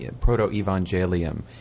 proto-evangelium